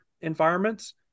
environments